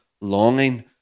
longing